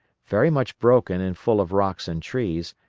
very much broken and full of rocks and trees,